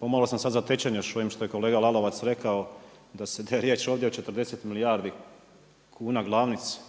Pomalo sam sad zatečen još ovim što je kolega Lalovac rekao, da je riječ ovdje o 40 milijardi kuna glavnice.